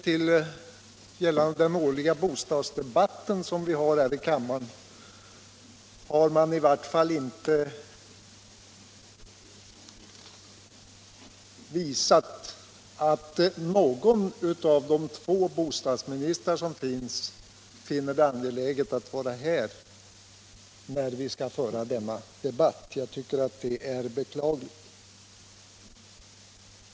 Men när vi skall föra den årliga bostadsdebatten här i kammaren är uppmärksamheten inte ens så stor att någon av de två bostadsministrarna finner det angeläget att vara närvarande i kammaren. Jag tycker det är beklagligt.